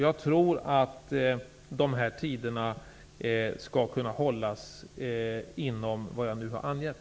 Jag tror att dessa tider skall kunna hållas, inom vad jag nu har angett.